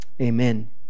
Amen